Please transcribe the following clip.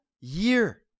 year